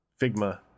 Figma